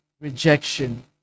rejection